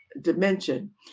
dimension